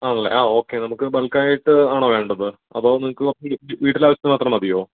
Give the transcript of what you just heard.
ആണല്ലെ ആ ഓക്കെ നമുക്ക് ബൾക്കായിട്ട് ആണോ വേണ്ടത് അതോ നിങ്ങൾക്ക് വീ വീട്ടിലെ ആവശ്യത്തിന് മാത്രം മതിയോ